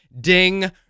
ding